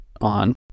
on